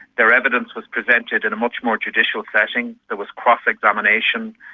their evidence was presented in a much more judicial setting, there was cross examination,